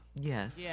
Yes